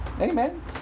Amen